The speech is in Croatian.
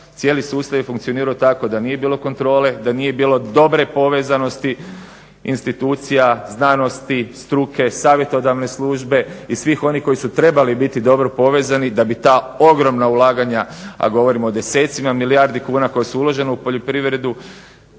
cijeli sustav je funkcionirao tako da nije bilo kontrole, da nije bilo dobre povezanosti institucija, znanosti, struke, savjetodavne službe i svih onih koji su trebali biti dobro povezani da bi ta ogromna ulaganja, a govorima o desecima milijardi kuna koje su uložene u poljoprivredu.